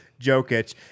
Jokic